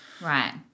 Right